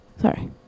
sorry